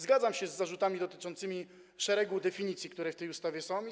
Zgadzam się z zarzutami dotyczącymi szeregu definicji, które w tej ustawie są zawarte.